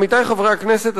עמיתי חברי הכנסת,